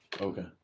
Okay